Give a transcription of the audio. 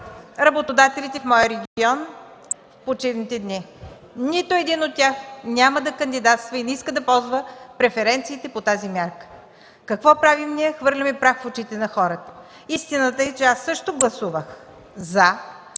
работодателите в моя регион в почивните дни – нито един от тях няма да кандидатства и не иска да ползва преференциите по тази мярка. Какво правим ние? Хвърляме прах в очите на хората. Аз също гласувах